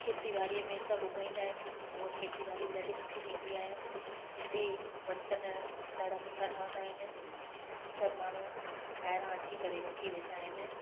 खेती बाड़ीअ में सभु उॻाईंदा आहिनि हूअ खेतीबाड़ी बि ॾाढी सुठी थींदी आहे हिते बरतन ॾाढा सुठा ठहंदा आहिनि सभु माण्हू ॿाहिरां अची करे वठी वेंदा आहिनि